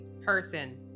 person